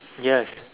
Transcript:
yes